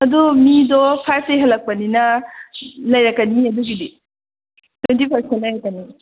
ꯑꯗꯨ ꯃꯤꯗꯣ ꯐꯥꯏꯚꯇꯩ ꯍꯦꯜꯂꯛꯄꯅꯤꯅ ꯂꯩꯔꯛꯀꯅꯤꯌꯦ ꯑꯗꯨꯒꯤꯗꯤ ꯇ꯭ꯋꯦꯟꯇꯤ ꯐꯣꯔ ꯁꯨꯃꯥꯏꯅ ꯂꯩꯔꯛꯀꯅꯤꯌꯦ